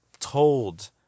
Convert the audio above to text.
told